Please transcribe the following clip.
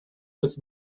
was